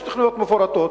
יש תוכניות מפורטות,